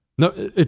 No